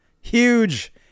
Huge